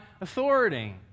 authority